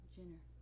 Jenner